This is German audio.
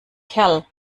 kerl